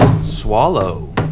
Swallow